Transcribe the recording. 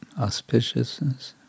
auspiciousness